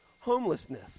homelessness